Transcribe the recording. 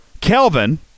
Kelvin